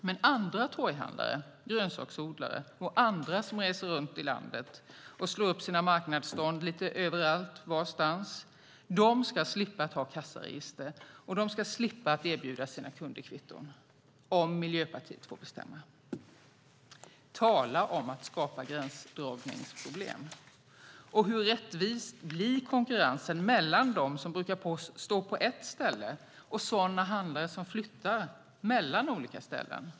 Men andra torghandlare, grönsaksodlare och andra som reser runt i landet och slår upp sina marknadsstånd lite varstans ska slippa ha kassaregister och slippa erbjuda sina kunder kvitton, om Miljöpartiet får bestämma. Tala om att skapa gränsdragningsproblem! Och hur rättvis blir konkurrensen mellan dem som brukar stå på ett ställe och sådana handlare som flyttar mellan olika ställen?